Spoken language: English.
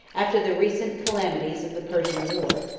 after the recent calamities of the persian war,